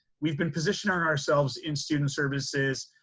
we've been positioning ourselves in student services,